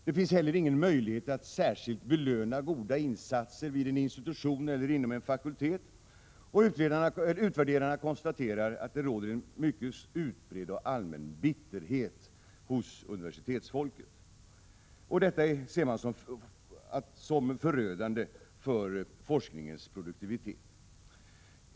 Det finns heller ingen möjlighet att särskilt belöna goda insatser vid en institution eller inom en fakultet. Utvärderarna konstaterar att det råder en mycket utbredd och allmän bitterhet hos universitetsfolket. Detta ser de som förödande för forskningens produktivitet.